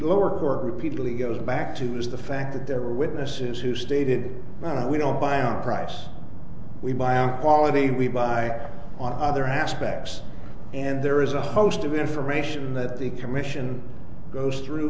lower court repeatedly goes back to is the fact that there were witnesses who stated we don't buy on price we buy a quality we buy on other aspects and there is a host of information that the commission goes through